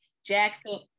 Jackson